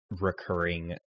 recurring